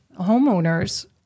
homeowners